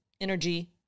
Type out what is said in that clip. energy